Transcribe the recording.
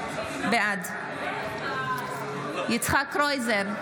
בעד יצחק קרויזר,